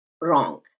Wrong